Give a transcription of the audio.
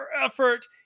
effort